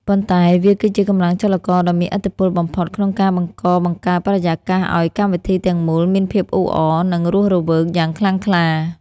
ប៉ុន្តែវាគឺជាកម្លាំងចលករដ៏មានឥទ្ធិពលបំផុតក្នុងការបង្កបង្កើតបរិយាកាសឱ្យកម្មវិធីទាំងមូលមានភាពអ៊ូអរ និងរស់រវើកយ៉ាងខ្លាំងក្លា។